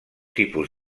tipus